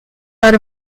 out